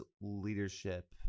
leadership